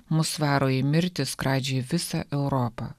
mus varo į mirtį skradžiai visą europą